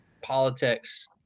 politics